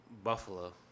Buffalo